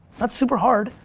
not super hard.